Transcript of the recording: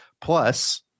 Plus